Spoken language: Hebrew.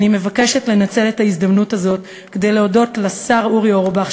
אני מבקשת לנצל את ההזדמנות הזאת כדי להודות לשר אורי אורבך,